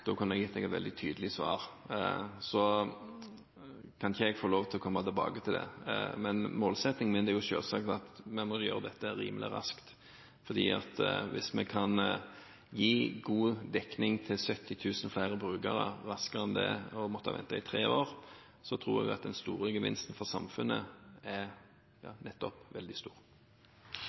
Da kunne jeg gitt representanten Grøvan et veldig tydelig svar. Kan jeg få lov til å komme tilbake til det? Men målsettingen min er selvsagt at vi må gjøre dette rimelig raskt, for hvis vi kan gi god dekning til 70 000 flere brukere raskere enn at de må vente i tre år, tror jeg at gevinsten for samfunnet er veldig stor.